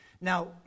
Now